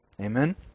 Amen